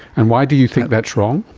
and why do you think that's wrong?